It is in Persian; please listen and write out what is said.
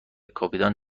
کاپیتان